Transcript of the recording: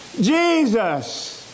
Jesus